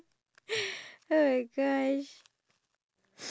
what's your motto that you live by